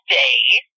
days